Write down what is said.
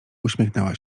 uśmiechnęła